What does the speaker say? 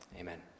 amen